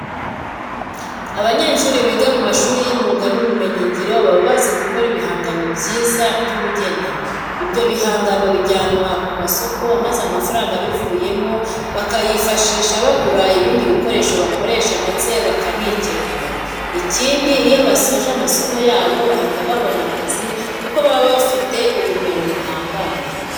Abanyeshuri biga mu mashuri y'imyuga n'ubumenyingiro baba bazi gukora ibihangano byiza by'ubugeni. Ibyo bihangano bijyanwa ku masoko maze amafaranga abivuyemo bakayifashisha baguramo ibindi bikoresho bakoresha ndetse bakanikenura. Ikindi, iyo basoje amasomo yabo bahita babona akazi kuko baba bafite ubumenyi buhambaye.